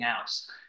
else